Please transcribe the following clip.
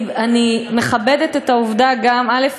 אני מכבדת את העובדה גם, א.